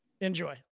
Enjoy